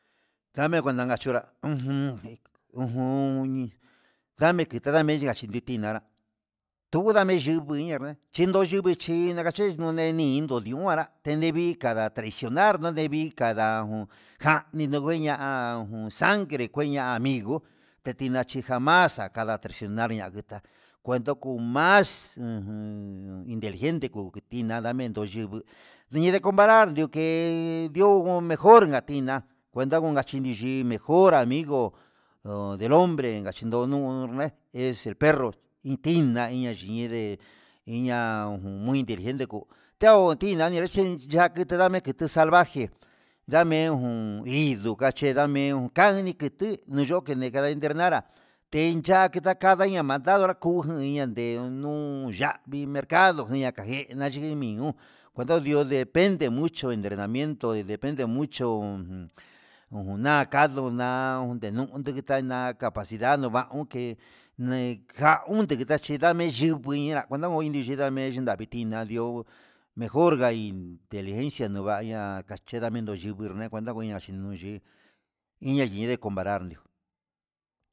Da'ame ndakuanchenra ujun ndame kita ndame kachinditi nanrá tuu yami yiguí iin yame chin ga yamechí nakayex yundeneni indo niu anrá televi kada traicionar udevii kanda ján nidujku ña'a jun, nuu sagre kueña amigo teteñachi ján masa kada traicionar iña kuta cuento kuu más ajan iteligente kuyee tiná ñanamendo yuku ndine cumparal yuké, nriogo mejor nga tiná, cuenta nguana nguinachi mejor amigo, ho del hombre cachinronuu, nue es el perro iin tiná ayinai de iña mjy inteligente tau tina nani ni ché ii yakitinrami nguticha'a, salvaje ndame jun nguido kachi name'e uun kan diketi nuu yu nokene kada intenará, ndeiya kadaiña nayanra ndakuu ján iyan ndé ndonuu yavii mercado ña'a nakaje naché, miun kuenta ñii depende mucho netrenamiento depende mucho nuña kaduu na'a ndunde nuu kutana'a na capacidad no va'a unke ne'e unde ndita chí ndame yungue onda uhí ndunda me'e, nami tiná ihó mejor ngai inteligencia nuu vaya'a kachenda ndingu yungu ndene cuenta nachi nduyii iña ndeyi comparar nió.